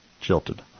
jilted